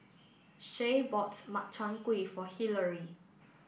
Shae bought Makchang Gui for Hilary